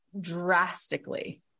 drastically